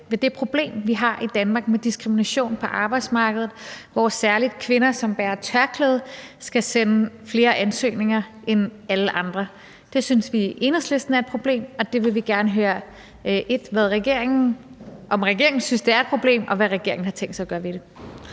ved det problem, vi har i Danmark, med diskrimination på arbejdsmarkedet, hvor særlig kvinder, som bærer tørklæde, skal sende flere ansøgninger end alle andre. Det synes vi i Enhedslisten er et problem, og der vil vi gerne høre, om regeringen synes, at det er et problem, og hvad regeringen har tænkt sig at gøre ved det.